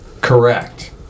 correct